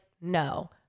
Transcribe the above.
No